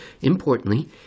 Importantly